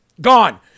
Gone